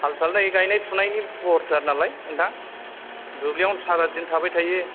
हाल साल नै गायनाय फुनायनि बहरथार नालाय नोंथां दुब्लियावनो सारा दिन थाबाय थायो